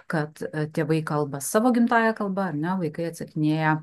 kad tėvai kalba savo gimtąja kalba ar ne vaikai atsakinėja